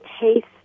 taste